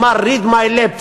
אמר: Read my lips,